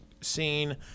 scene